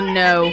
no